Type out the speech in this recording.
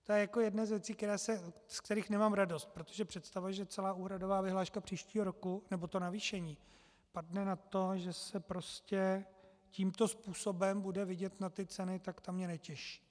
To je jedna z věcí, z kterých nemám radost, protože představa, že celá úhradová vyhláška příštího roku, nebo to navýšení padne na to, že se prostě tímto způsobem bude vidět na ty ceny, tak ta mě netěší.